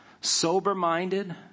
sober-minded